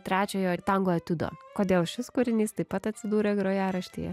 trečiojo ir tango etiudo kodėl šis kūrinys taip pat atsidūrė grojaraštyje